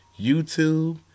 YouTube